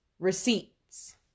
receipts